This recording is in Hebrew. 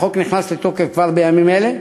החוק נכנס לתוקף כבר בימים אלה.